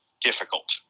difficult